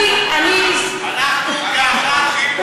אני אקח את זה כמחמאה.